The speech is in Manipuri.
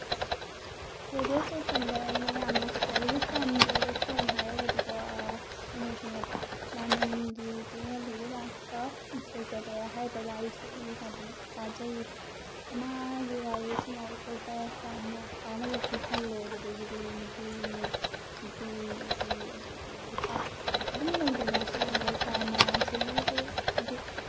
ꯔꯦꯗꯤꯌꯣ ꯏꯁꯇꯦꯁꯟꯗ ꯑꯩꯅ ꯌꯥꯝꯅ ꯈ꯭ꯋꯥꯏꯗꯒꯤ ꯄꯥꯝꯖꯕ ꯊꯧꯔꯝ ꯍꯥꯏꯔꯒꯗꯤ ꯀꯣ ꯀꯩꯅꯣꯁꯤꯅꯦꯕ ꯗꯥꯏꯃꯟꯒꯤ ꯆꯦꯅꯦꯜꯗꯒꯤ ꯂꯥꯛꯄ ꯏꯟꯁꯄꯦꯛꯇꯔ ꯇꯌꯥꯏ ꯍꯥꯏꯔꯤꯕ ꯋꯥꯔꯤꯁꯦ ꯑꯩꯅ ꯑꯗꯨꯝ ꯇꯥꯖꯩꯑꯦꯕ ꯃꯥꯒꯤ ꯋꯥꯔꯤꯁꯤꯅ ꯑꯩꯈꯣꯏꯗ ꯌꯥꯝꯅ ꯀꯥꯅꯕ ꯄꯤꯍꯜꯂꯦ ꯑꯗꯨꯗꯒꯤꯗꯤ ꯅꯨꯄꯤꯒꯤ ꯅꯨꯄꯤꯒꯤ ꯑꯗꯨꯗꯤ ꯍꯥꯠꯄ ꯇꯨꯞꯄ ꯑꯗꯨꯝ ꯂꯩꯗꯅ ꯁꯨꯒꯨꯝꯕ ꯀ꯭ꯔꯥꯏꯝ ꯃꯌꯥꯝꯁꯤꯒꯤꯗ ꯍꯥꯏꯗꯤ